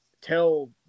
tell